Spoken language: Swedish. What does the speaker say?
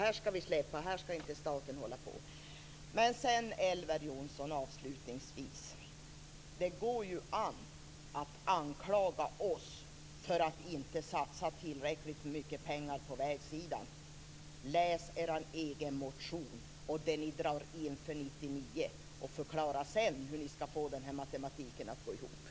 Ni vill avreglera därför att ni inte anser att staten skall ägna sig åt detta. Avslutningsvis, Elver Jonsson, går det ju an att anklaga oss för att inte satsa tillräckligt mycket pengar på vägar. Läs i er egen motion vad ni vill dra in för 1999 och förklara sedan hur ni skall få denna matematik att gå ihop.